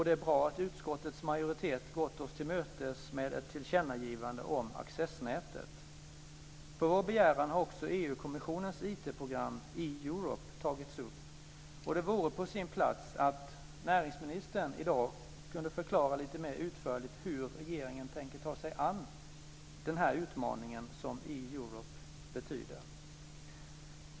Det är bra att utskottets majoritet gått oss till mötes med ett tillkännagivande om accessnätet. På vår begäran har också EU-kommissionens IT-program eEurope tagits upp. Det vore på sin plats att näringsministern i dag förklarade lite mer utförligt hur regeringen tänker ta sig an den utmaning som eEurope innebär.